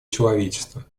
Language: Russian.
человечества